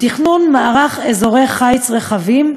תכנון מערך אזורי חיץ רחבים,